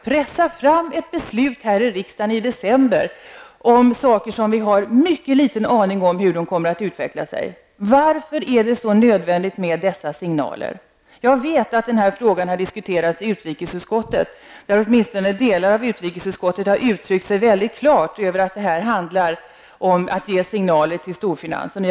Varför skall vi i december här i riksdagen pressa fram ett beslut på ett område där vi har en mycket liten aning om hur utvecklingen kommer att bli? Varför är det så nödvändigt med dessa signaler? Jag vet att frågan har diskuterats i utrikesutskottet och att åtminstone delar av utrikesutskottet har uttryckt sig mycket klart om att det handlar om att ge signaler till storfinansen.